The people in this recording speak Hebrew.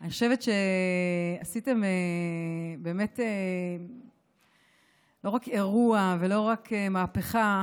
אני חושבת שעשיתם לא רק אירוע ולא רק מהפכה,